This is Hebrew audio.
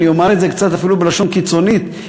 אני אומר את זה אפילו בלשון קצת קיצונית,